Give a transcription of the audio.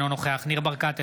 אינו נוכח ניר ברקת,